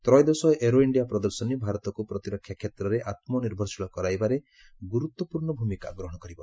ତ୍ରୟୋଦଶ aero India ପ୍ରଦର୍ଶନୀ ଭାରତକୁ ପ୍ରତିରକ୍ଷା କ୍ଷେତ୍ରରେ ଆତ୍ମନିର୍ଭରଶୀଳ କରାଇବାରେ ଗୁରୁତ୍ୱପୂର୍ଷ୍ଣ ଭୂମିକା ଗ୍ରହଣ କରିବ